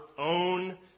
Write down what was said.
own